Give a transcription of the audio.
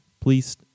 please